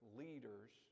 leaders